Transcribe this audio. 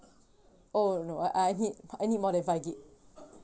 oh no I I need I need more than five gig